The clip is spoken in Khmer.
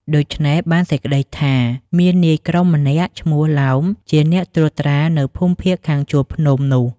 ដូច្នេះ បានសេចក្ដីថា មាននាយក្រុមម្នាក់ឈ្មោះឡោម ជាអ្នកត្រួតត្រានៅភូមិភាគខាងជួរភ្នំនោះ។